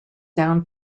down